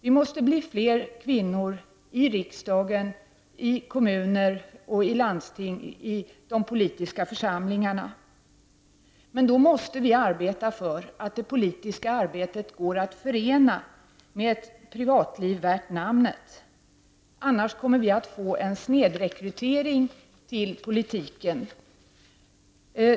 Vi måste bli fler kvinnor i riksdagen, i kommuner och landsting, i de politiska församlingarna, men då måste vi arbeta för att det politiska arbetet går att förena med ett privatliv värt namnet — annars kommer vi att få en snedrekrytering till politiken.